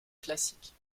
classiques